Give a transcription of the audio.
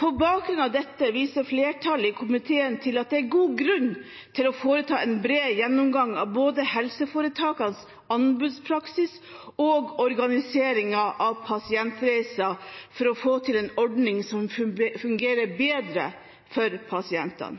På bakgrunn av dette viser flertallet i komiteen til at det er god grunn til å foreta en bred gjennomgang av både helseforetakenes anbudspraksis og organiseringen av pasientreiser for å få til en ordning som fungerer bedre for pasientene.